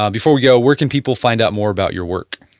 um before we go where can people find out more about your work?